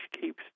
keeps